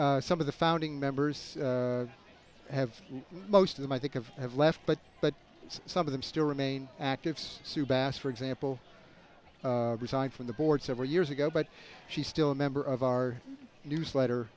member some of the founding members have most of them i think of have left but but some of them still remain active so sue bass for example resigned from the board several years ago but she's still a member of our newsletter